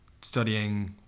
studying